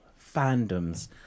fandoms